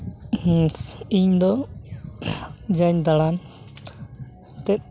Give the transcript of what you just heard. ᱤᱧᱫᱚ ᱡᱟᱧ ᱫᱟᱬᱟᱱ